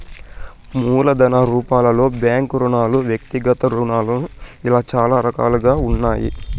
మూలధన రూపాలలో బ్యాంకు రుణాలు వ్యక్తిగత రుణాలు ఇలా చాలా రకాలుగా ఉన్నాయి